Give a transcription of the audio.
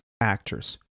actors